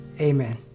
amen